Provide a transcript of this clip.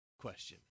question